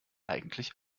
eigentlich